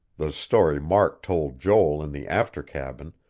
the story mark told joel in the after cabin,